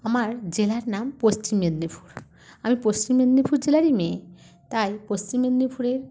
আমার জেলার নাম পশ্চিম মেদিনীপুর আমি পশ্চিম মেদিনীপুর জেলারই মেয়ে তাই পশ্চিম মেদিনীপুরে